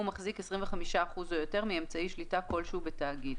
מחזיק 25% או יותר מאמצעי שליטה כלשהו בתאגיד,